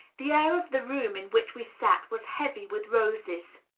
the air of the room in which we sat was heavy with roses.